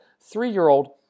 three-year-old